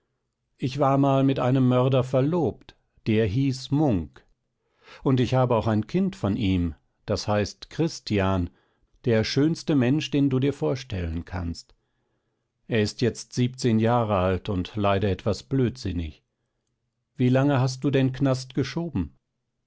ich war mal mit einem mörder verlobt der hieß munk und ich habe auch ein kind von ihm das heißt christian der schönste mensch den du dir vorstellen kannst er ist jetzt siebzehn jahre alt und leider etwas blödsinnig wie lange hast du denn knast geschoben